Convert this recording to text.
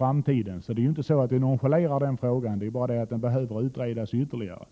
om detta, så vi nonchalerar inte frågan, men den behöver utredas ytterligare.